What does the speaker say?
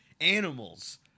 animals